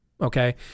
okay